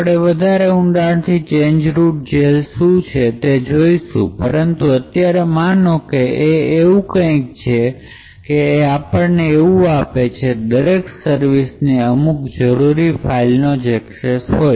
આપણે વધારે ઊંડાણથી ચેન્જ રૂટ જેલ શું છે એ જોઈશું પરંતુ અત્યારે માનો કે એ એવું આપણને આપે છે કે દરેક સર્વિસને અમુક જરૂરી ફાઇલનો જ એક્સેસ હોય